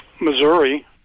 Missouri